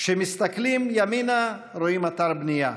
כשמסתכלים ימינה רואים אתר בנייה,